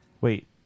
wait